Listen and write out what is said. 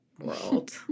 world